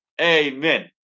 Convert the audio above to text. Amen